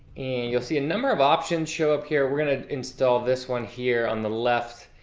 you'll see a number of options show up here. we're going to install this one here on the left,